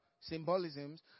symbolisms